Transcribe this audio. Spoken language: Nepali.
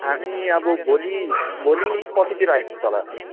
हामी अब भोलि भोलिपर्सितिर आइपुग्छौँ होला त्यहाँ